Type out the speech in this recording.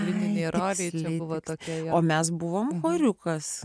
nėra lengva tokia o mes buvome voriukas